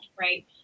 right